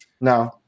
No